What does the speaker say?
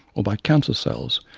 or by cancer cells,